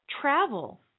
travel